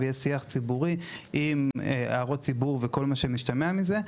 ויש שיח ציבורי עם הערות הציבור ועם כל מה שמשתמע מזה,